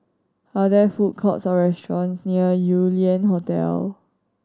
are there food courts or restaurants near Yew Lian Hotel